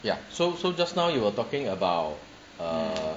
ya so so just now you were talking about err